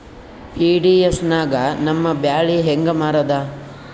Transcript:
PDS ನಾಗ ನಮ್ಮ ಬ್ಯಾಳಿ ಹೆಂಗ ಮಾರದ?